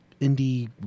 indie